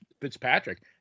Fitzpatrick